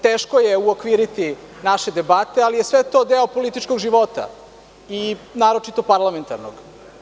Teško je uokviriti naše debate, ali je sve to deo političkog života, naročito parlamentarnog.